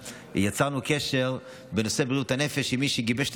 יצרנו קשר בנושא בריאות הנפש עם מי שגיבש את